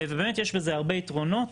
ובאמת יש בזה הרבה יתרונות,